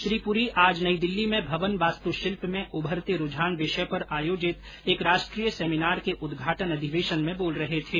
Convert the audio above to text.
श्री पुरी आज नई दिल्ली में भवन वास्तुशिल्प में उभरते रुझान विषय पर आयोजित एक राष्ट्रीय सेमिनार के उदघाटन अधिवेशन में बोल रहे थे